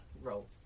...role